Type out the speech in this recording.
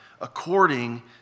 According